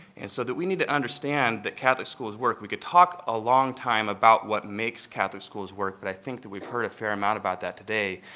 and so that we need to understand that catholic schools work. we could talk a long time about what makes catholic schools work. but i think that we have heard a fair amount about that today.